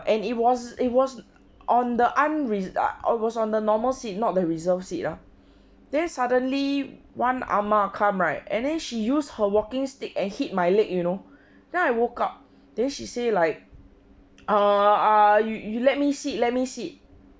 and it was it was on the unre~ uh I was on the normal seat not the reserve seat ah then suddenly one ah ma come right and then she used her walking stick and hit my leg you know then I woke up then she say like err you you let me seat let me seat